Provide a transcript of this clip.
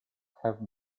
have